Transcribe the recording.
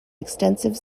extensive